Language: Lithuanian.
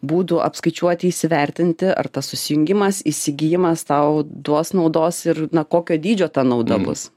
būdų apskaičiuoti įsivertinti ar tas susijungimas įsigijimas tau duos naudos ir na kokio dydžio ta nauda bus